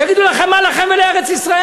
יגידו לכם, מה לכם ולארץ-ישראל?